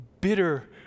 bitter